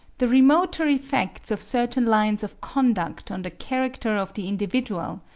the remoter effects of certain lines of conduct on the character of the individual,